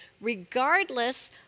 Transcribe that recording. regardless